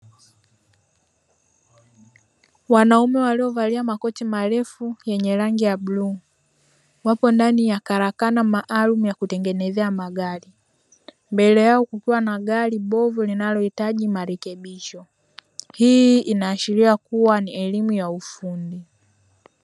Wanaume waliovalia makoti marefu yenye rangi ya bluu wapo ndani ya karakana maalumu ya kutengenezea magari. Mbele yao kukiwa na gari bovu linalohitaji marekebisho. Hii inaashiria kuwa ni elimu ya ufundi.